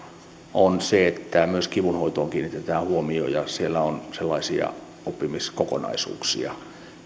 on se että myös kivun hoitoon kiinnitetään huomio ja siellä on sellaisia oppimiskokonaisuuksia